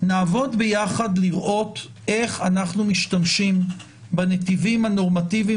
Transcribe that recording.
נעבוד ביחד לראות איך אנחנו משתמשים בנתיבים הנורמטיביים